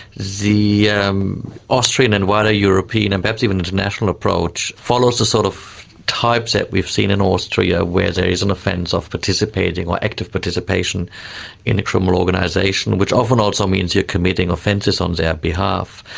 the yeah um austrian and wider european and perhaps even international approach follows the sort of typeset we've seen in austria, where there is an offence of participating, or act of participation in a criminal organisation which often also means you're committing offences on um their behalf.